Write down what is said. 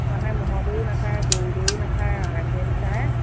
কিছুমানে ম'হৰ দৈয়ো নাখায় গৰুৰ দৈয়ো নাখায় এৱাঁ গাখীৰে বিচাৰে